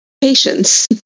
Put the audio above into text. Patience